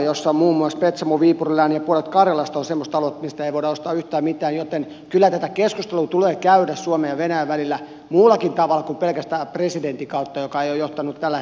muun muassa petsamo viipurin lääni ja puolet karjalasta ovat semmoista aluetta mistä ei voi ostaa yhtään mitään joten kyllä tätä keskustelua tulee käydä suomen ja venäjän välillä muullakin tavalla kuin pelkästään presidentin kautta mikä ei ole johtanut tällä hetkellä yhtään mihinkään